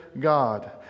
God